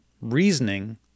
reasoning